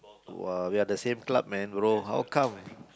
[wah] we're the same club man bro how come